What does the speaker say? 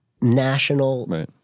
national